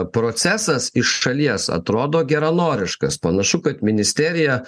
procesas iš šalies atrodo geranoriškas panašu kad ministerija